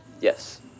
Yes